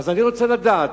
אני רוצה לדעת,